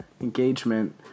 Engagement